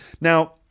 Now